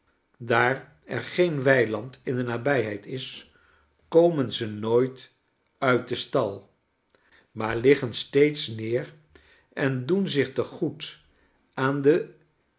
daar er geen weiland in de nabijheid is komen ze nooit uit den stal maar liggen steeds neer en doen zich te goed aandewijngaardbladen